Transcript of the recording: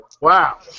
Wow